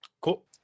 Cool